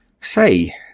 Say